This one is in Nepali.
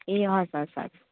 ए हवस् हवस् हवस्